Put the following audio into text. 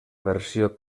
versió